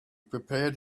prepared